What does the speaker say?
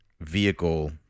vehicle